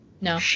No